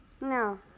No